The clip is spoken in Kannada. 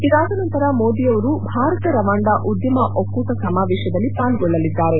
ಇದಾದ ನಂತರ ಮೋದಿ ಅವರು ಭಾರತ ರವಾಂಡ ಉದ್ದಮ ಒಕ್ಕೂಟದ ಸಮಾವೇಶದಲ್ಲಿಯೂ ಪಾರ್ಗೊಳ್ದಲಿದ್ದಾರೆ